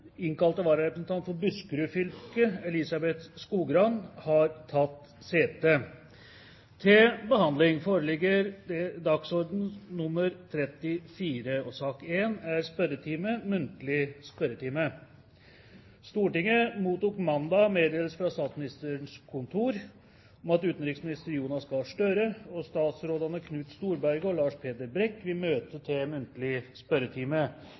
innkalte vararepresentant for Buskerud fylke, Elizabeth Skogrand, har tatt sete. Stortinget mottok mandag meddelelse fra Statsministerens kontor om at utenriksminister Jonas Gahr Støre og statsrådene Knut Storberget og Lars Peder Brekk vil møte til muntlig spørretime.